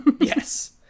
Yes